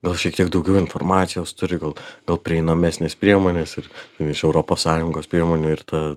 gal šiek tiek daugiau informacijos turi gal dėl prieinamesnės priemonės ir ten iš europos sąjungos priemonių ir ta